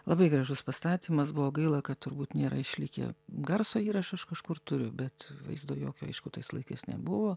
labai gražus pastatymas buvo gaila kad turbūt nėra išlikę garso įrašą aš kažkur turiu bet vaizdo jokio aišku tais laikais nebuvo